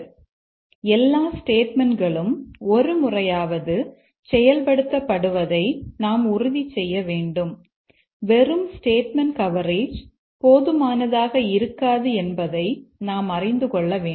எனவே எல்லா ஸ்டேட்மெண்ட்களும் ஒரு முறையாவது செயல்படுத்தப்படுவதை நாம் உறுதி செய்ய வேண்டும் வெறும் ஸ்டேட்மெண்ட் கவரேஜ் போதுமானதாக இருக்காது என்பதை நாம் அறிந்து கொள்ள வேண்டும்